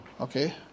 Okay